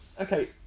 okay